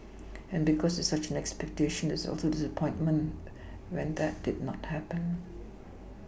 and because there is such an expectation there is also disappointment when that did not happen